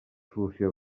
solució